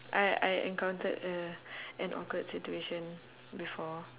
I I encountered a an awkward situation before